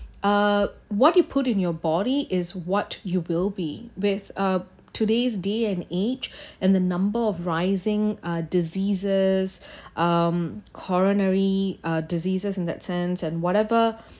uh what you put in your body is what you will be with uh today's day and age and the number of rising ah diseases um coronary ah diseases in that sense and whatever